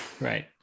Right